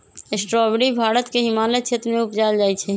strawberry Bharat के हिमालय क्षेत्र में उपजायल जाइ छइ